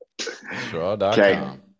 Straw.com